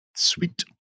Sweet